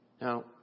Now